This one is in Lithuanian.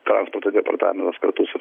transporto departamentas kartu su